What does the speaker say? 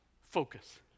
Focus